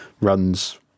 runs